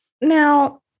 Now